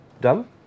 done